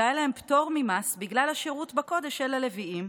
שהיה להם פטור ממס בגלל השירות בקודש של הלוויים,